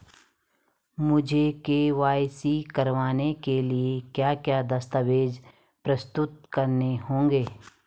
मुझे के.वाई.सी कराने के लिए क्या क्या दस्तावेज़ प्रस्तुत करने होंगे?